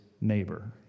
neighbor